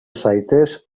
zaitez